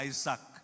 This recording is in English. Isaac